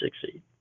succeed